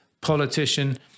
politician